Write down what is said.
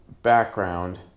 background